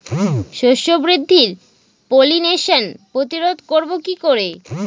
শস্য বৃদ্ধির পলিনেশান প্রতিরোধ করব কি করে?